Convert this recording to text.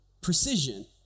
precision